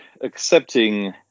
accepting